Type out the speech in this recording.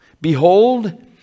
behold